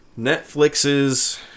Netflix's